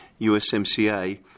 USMCA